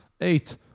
eight